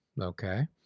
Okay